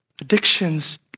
addictions